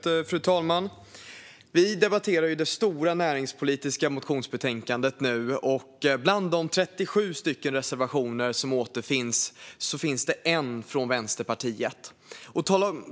Fru talman! Vi debatterar nu det stora näringspolitiska motionsbetänkandet. Bland de 37 reservationerna finns det en från Vänsterpartiet.